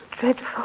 dreadful